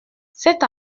cette